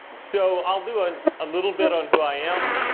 so i'll do a ah little bit on who i am,